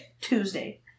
Tuesday